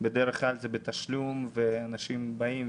בדרך כלל זה בתשלום והאנשים שבאים,